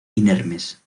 inermes